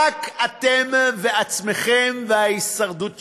רק אתם ועצמכם, וההישרדות שלכם.